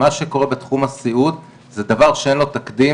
מה שקורה בתחום הסיעוד, זה דבר שאין לו תקדים